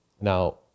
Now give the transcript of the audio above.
Now